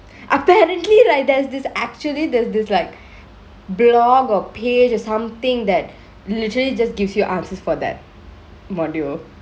apparently right there's this actually there's this like blog or page or somethingk that literally just gives you answers for that module